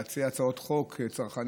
לא פעם רגילים להציע הצעות חוק צרכניות